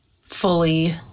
fully